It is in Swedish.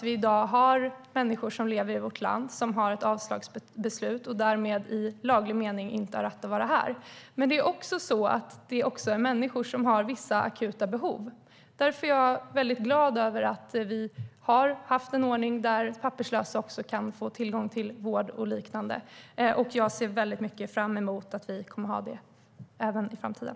I dag har vi människor som lever i vårt land som har fått ett avslagsbeslut och som därmed i laglig mening inte har rätt att vara här. Men det är också människor som har vissa akuta behov. Därför är jag glad över att vi har haft en ordning där papperslösa kan få tillgång till vård och liknande. Jag ser fram emot att vi kommer att ha det även i framtiden.